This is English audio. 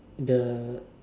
the